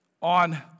on